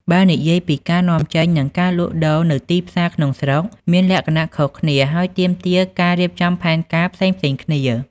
បើនិយាយពីការនាំចេញ និងការលក់ដូរនៅទីផ្សារក្នុងស្រុក មានលក្ខណៈខុសគ្នា ហើយទាមទារការរៀបចំផែនការផ្សេងៗគ្នា។